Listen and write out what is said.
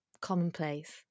commonplace